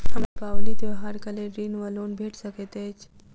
हमरा दिपावली त्योहारक लेल ऋण वा लोन भेट सकैत अछि?